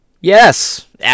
Yes